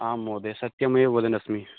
आं महोदय सत्यमेव वदन्नस्मि